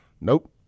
Nope